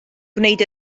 gwneud